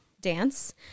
dance